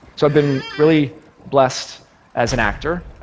so i've been really blessed as an actor.